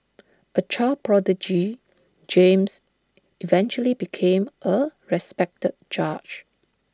A child prodigy James eventually became A respected judge